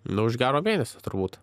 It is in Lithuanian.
nu už gero mėnesio turbūt